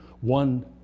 One